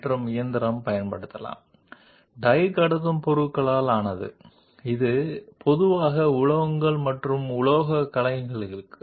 దానికి బదులుగా మనం గ్రాఫైట్ లేదా కాపర్ ఎలక్ట్రోడ్లను కలిగి ఉండవచ్చు మరియు మెటీరియల్ను తొలగించి డై సర్ఫేస్ను పొందడానికి డై సింకింగ్ మోడ్లో ఎలక్ట్రికల్ డిశ్చార్జ్ మ్యాచింగ్ను వర్తింపజేయవచ్చు